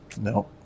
No